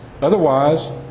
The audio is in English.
Otherwise